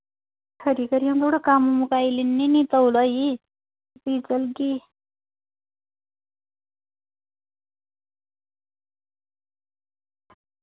खरी खरी मड़ो कम्म मुकाई लैनी आं ना तोलै ई भी चलगी